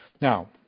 Now